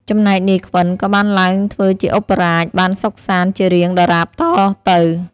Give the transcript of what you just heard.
ចំណែក នាយខ្វិន ក៏បានឡើងធ្វើជាឧបរាជ បានសុខសាន្តជារៀងដរាបតទៅ។